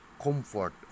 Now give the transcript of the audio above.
Comfort